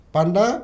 Panda